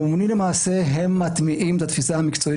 הממונים למעשה הם מטמיעים את התפיסה המקצועית